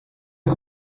est